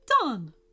Done